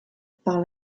par